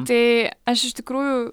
tai aš iš tikrųjų